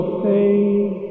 faith